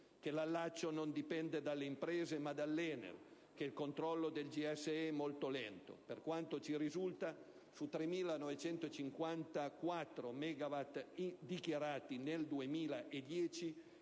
che l'allaccio non dipende dalle imprese ma dall'ENEL e che il controllo del GSE è molto lento. Per quanto ci risulta, su 3.954 megawatt dichiarati nel 2010,